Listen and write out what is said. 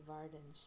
Varden